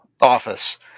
office